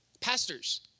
Pastors